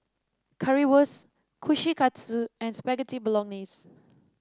Currywurst Kushikatsu and Spaghetti Bolognese